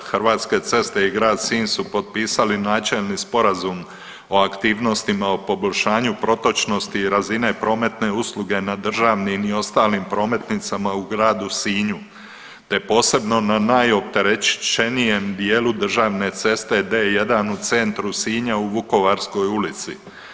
Hrvatske ceste i grad Sinj su potpisali načelni sporazum o aktivnostima o poboljšanju protočnosti i razine prometne usluge na državnim i ostalim prometnicama u gradu Sinju, te posebno na najopterećenijem dijelu državne ceste D1 u centru Sinja u Vukovarskoj ulici.